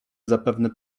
zapewne